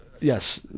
Yes